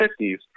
1950s